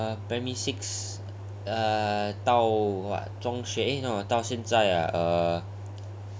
err primary six err 到 what 到中学 no 到现在 ah err